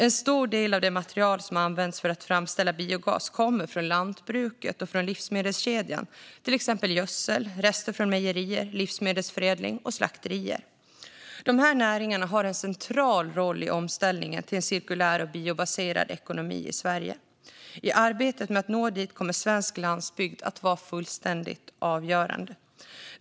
En stor del av det material som används för att framställa biogas kommer från lantbruket och livsmedelskedjan, till exempel gödsel och rester från mejerier, livsmedelsförädling och slakterier. Dessa näringar har en central roll i omställningen till en cirkulär och biobaserad ekonomi i Sverige. I arbetet med att nå dit kommer svensk landsbygd att vara helt avgörande.